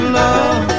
love